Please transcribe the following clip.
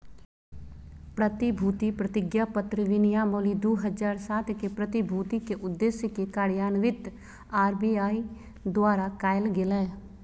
प्रतिभूति प्रतिज्ञापत्र विनियमावली दू हज़ार सात के, प्रतिभूति के उद्देश्य के कार्यान्वित आर.बी.आई द्वारा कायल गेलय